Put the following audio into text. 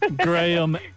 Graham